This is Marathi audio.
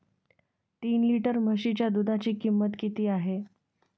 तीन लिटर म्हशीच्या दुधाची किंमत किती आहे?